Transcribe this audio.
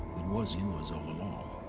it was yours all